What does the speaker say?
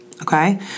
Okay